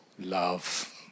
love